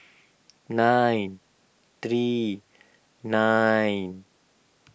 nine three nine